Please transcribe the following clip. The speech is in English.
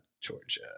Georgia